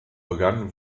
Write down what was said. begann